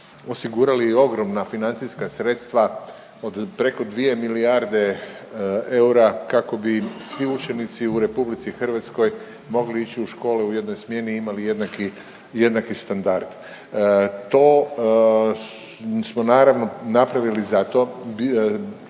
osigurali ogromna financijska sredstva od preko 2 milijarde eura kako bi svi učenici u RH mogli ići u škole u jednoj smjeni i imali jednaki, jednaki standard. To smo naravno napravili zato